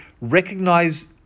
recognize